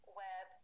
web